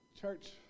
Church